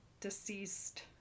deceased